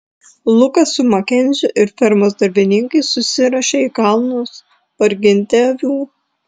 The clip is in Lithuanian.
lukas su makenziu ir fermos darbininkais susiruošė į kalnus parginti avių